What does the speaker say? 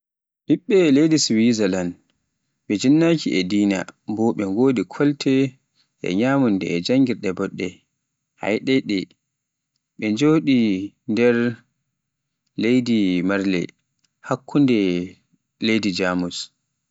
ɓiɓɓe leydi Siwizalan, ɓe jinnaki e dina, bo ɓe wodi kolte e nyamunda e janngirde boɗɗe a yiɗai ɗe, ɓe njoɗe nder marle, hakkunde leydi Jamus.